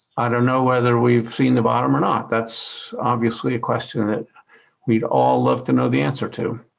i don't know whether we've seen the bottom or not. that's obviously a question that we'd all love to know the answer to.